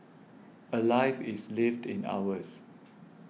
a life is lived in hours